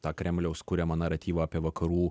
tą kremliaus kuriamą naratyvą apie vakarų